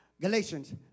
Galatians